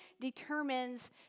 determines